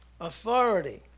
Authority